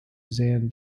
zan